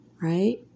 right